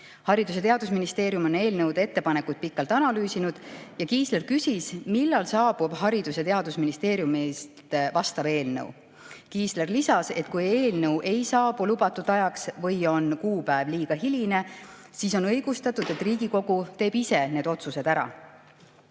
Haridus‑ ja Teadusministeerium on eelnõude ettepanekuid pikalt analüüsinud. Kiisler küsis, millal saabub Haridus‑ ja Teadusministeeriumist vastav eelnõu. Kiisler lisas, et kui eelnõu ei saabu lubatud ajaks või on kuupäev liiga hiline, siis on õigustatud, et Riigikogu teeb ise need otsused ära.